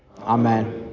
Amen